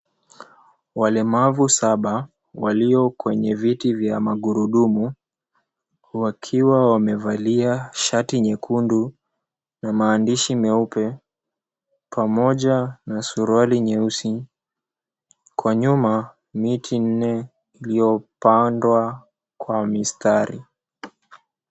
Walemavu saba, walio kwenye viti vya magurudumu, wakiwa wamevalia shati nyekundu na maandishi meupe pamoja na suruali nyeusi. Kwa nyuma miti nne iliyopandwa kwa mistari.